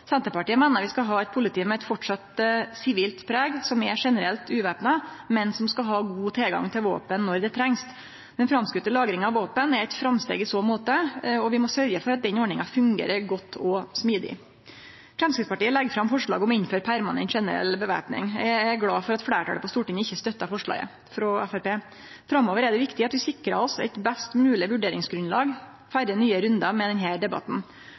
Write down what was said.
Senterpartiet meiner vi framleis skal ha eit politi med eit sivilt preg, som er generelt uvæpna, men som skal ha god tilgang til våpen når det trengst. Den framskotne lagringa av våpen er eit framsteg i så måte, og vi må sørgje for at den ordninga fungerer godt og smidig. Framstegspartiet legg fram eit forslag om å innføre permanent generell væpning. Eg er glad for at fleirtalet på Stortinget ikkje støttar dette forslaget frå Framstegspartiet. Framover er det viktig at vi sikrar oss eit best mogleg vurderingsgrunnlag før nye rundar med denne debatten.